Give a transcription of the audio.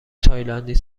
تایلندی